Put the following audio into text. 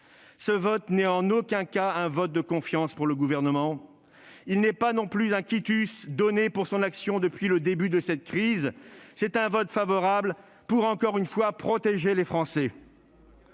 ce vote n'est en aucun cas un vote de confiance pour le Gouvernement ; il n'est pas non plus un quitus donné pour l'action de celui-ci depuis le début de cette crise. Mais si ! C'est un vote favorable pour, encore une fois, protéger les Français.